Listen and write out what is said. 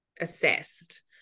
assessed